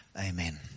amen